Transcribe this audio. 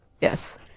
Yes